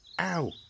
Ow